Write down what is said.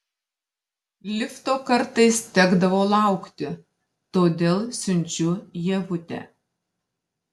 lifto kartais tekdavo laukti todėl siunčiu ievutę